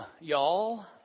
y'all